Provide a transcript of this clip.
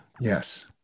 yes